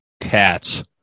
cats